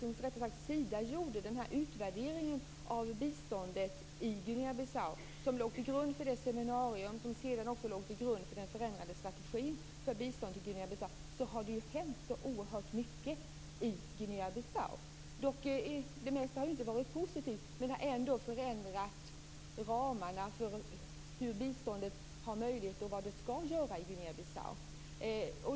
Sedan Sida gjorde utvärderingen av biståndet till Guinea-Bissau, som låg till grund för det seminarium som i sin tur låg till grund för den förändrade strategin för bistånd till Guinea-Bissau, har det hänt oerhört mycket där. Det mesta har inte varit positivt, men det har ändå förändrat ramarna för hur biståndet ger möjligheter och vad det skall göra i Guinea-Bissau.